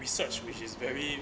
research which is very